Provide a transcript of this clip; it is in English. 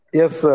yes